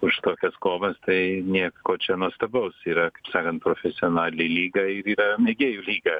už tokias kovas tai nieko čia nuostabaus yra sakant profesionali lyga ir yra mėgėjų lyga